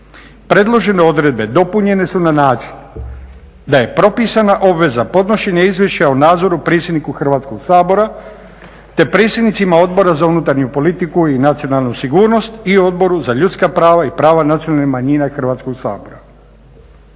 Predložene odredbe dopunjene su na način da je propisana obveza podnošenja izvješća o nadzoru predsjedniku Hrvatskoga sabora, te predsjednicima Odbora za unutarnju politiku i nacionalnu sigurnost i Odboru za ljudska prava i prava nacionalnih manjina Hrvatskog sabora.